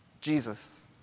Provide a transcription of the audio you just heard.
Jesus